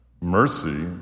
Mercy